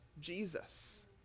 Jesus